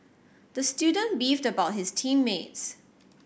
the student beefed about his team mates